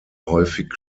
häufig